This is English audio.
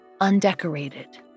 undecorated